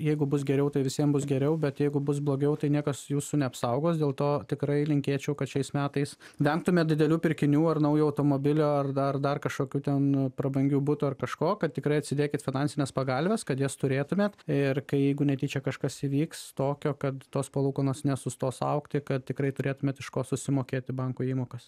jeigu bus geriau tai visiem bus geriau bet jeigu bus blogiau tai niekas jūsų neapsaugos dėl to tikrai linkėčiau kad šiais metais vengtumėt didelių pirkinių ar naujo automobilio ar dar dar kažkokių ten prabangių butų ar kažko kad tikrai atsidėkit finansines pagalves kad jas turėtumėt ir kai jeigu netyčia kažkas įvyks tokio kad tos palūkanos nesustos augti kad tikrai turėtumėt iš ko susimokėti banko įmokas